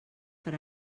per